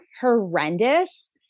horrendous